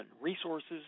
resources